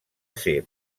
ser